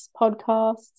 podcasts